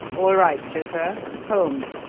all right, chauffeur home!